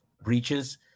breaches